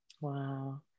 wow